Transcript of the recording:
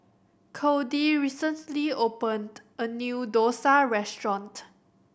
Kody recently opened a new dosa restaurant